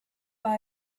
war